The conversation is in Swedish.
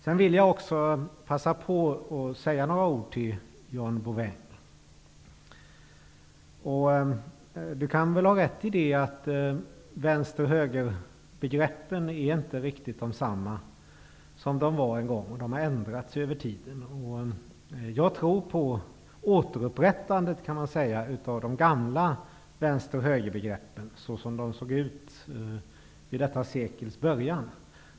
Sedan vill jag också passa på att säga några ord till John Bouvin. Han kan väl ha rätt i att vänster-- högerbegreppen inte riktigt är de samma som de var en gång. De har ändrats över tiden. Jag tror på återupprättandet av de gamla vänster-- högerbegreppen så som de såg ut vid detta sekels början.